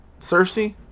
Cersei